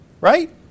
Right